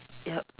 yup